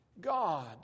God